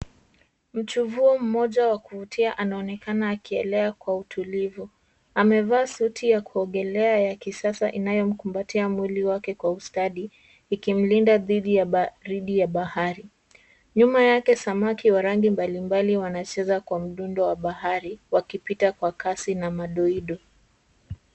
Mchuvuo mmoja wa kuvutia anaonekana akielea kwa utulivu. Amevaa suti ya kuogelea ya kisasa inayomkumbatia mwili wake kwa ustadi ikimlinda dhidi ya baridi ya bahari. Nyuma yake samaki wa rangi mbalimbali wanacheza kwa mdundo wa bahari wakipita kwa kasi na madoido.